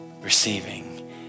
Receiving